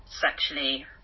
sexually